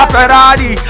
Ferrari